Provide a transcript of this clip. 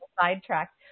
sidetracked